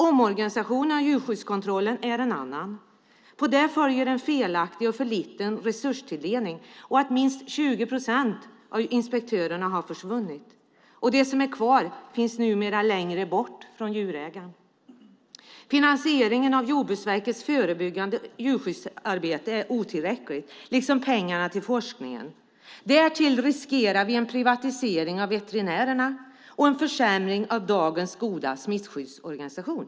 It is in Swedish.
Omorganisationen av djurskyddskontrollen är en annan. På det följer en felaktig och för liten resurstilldelning och att minst 20 procent av inspektörerna har försvunnit. De som är kvar finns numera längre bort från djurägarna. Finansieringen av Jordbruksverkets förebyggande djurskyddsarbete är otillräcklig, liksom pengarna till forskningen. Därtill riskerar vi en privatisering av veterinärerna och en försämring av dagens goda smittskyddsorganisation.